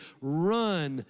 Run